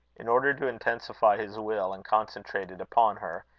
in order to intensify his will and concentrate it upon her,